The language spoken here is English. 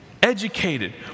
Educated